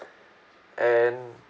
and